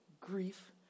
grief